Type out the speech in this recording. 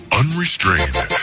unrestrained